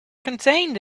contained